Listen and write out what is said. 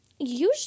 Usually